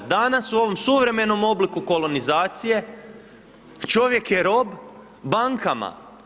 Danas u ovom suvremenom obliku kolonizacije čovjek je rob bankama.